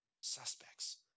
Suspects